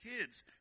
kids